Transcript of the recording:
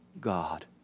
God